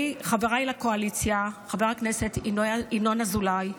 חבריי לקואליציה חבר הכנסת ינון אזולאי,